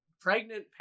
pregnant